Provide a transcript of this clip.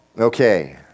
Okay